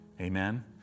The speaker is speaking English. Amen